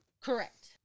Correct